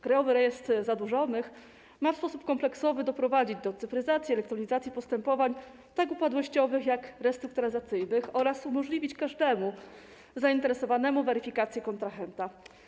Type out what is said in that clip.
Krajowy Rejestr Zadłużonych ma w sposób kompleksowy doprowadzić do cyfryzacji, elektronizacji postępowań tak upadłościowych, jak restrukturyzacyjnych oraz umożliwić każdemu zainteresowanemu weryfikację kontrahenta.